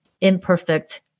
imperfect